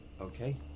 Okay